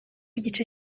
igice